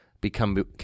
become